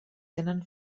tenen